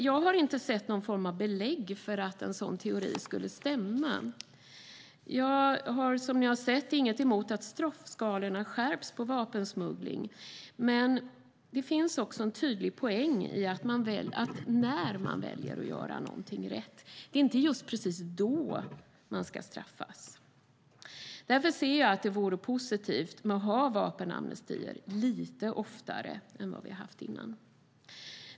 Jag har inte sett någon form av belägg för att en sådan teori skulle stämma. Jag har, som ni sett, inget emot att straffskalorna skärps på vapensmuggling. Men det finns också en tydlig poäng i att det inte är just när man väljer att göra någonting rätt som man ska straffas. Därför ser jag att det vore positivt att ha vapenamnestier lite oftare än vad vi har haft.